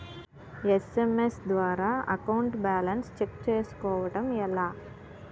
SMS ద్వారా account balance check చేసుకోవటం ఎలా?